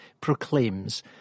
proclaims